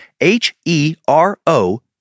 H-E-R-O